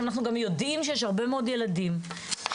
אנחנו גם יודעים שיש הרבה מאוד ילדים שזקוקים